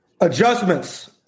Adjustments